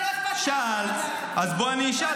שאלת, אז אני אקריא.